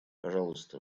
пожалуйста